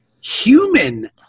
human